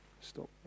Stop